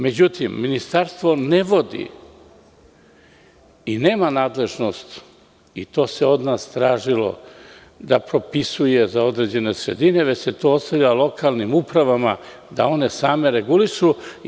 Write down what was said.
Međutim, ministarstvo ne vodi i nema nadležnost i to se od nas tražilo da potpisujemo za određene sredine, već se to ostavlja lokalnim upravama da one same regulišu.